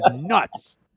nuts